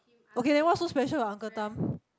okay then what's so special about uncle Tham